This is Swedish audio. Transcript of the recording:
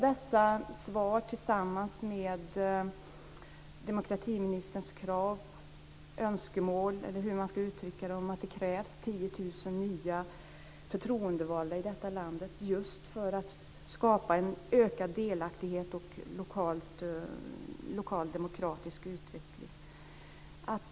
Dessa svar ges tillsammans med demokratiministerns krav, önskemål eller hur man ska uttrycka det om att det krävs 10 000 nya förtroendevalda i detta land just för att skapa en ökad delaktighet och lokal demokratisk utveckling.